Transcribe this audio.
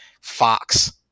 fox